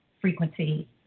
frequency